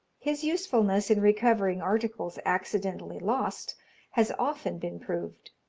his usefulness in recovering articles accidentally lost has often been proved.